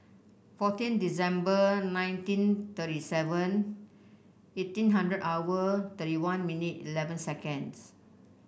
fourteen December nineteen thirty seven eighteen hundred hour thirty one minute eleven seconds